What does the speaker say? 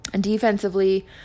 defensively